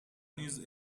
نیز